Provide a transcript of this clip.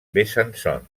besançon